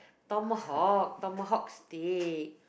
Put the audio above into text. Tomahawk Tomahawk steak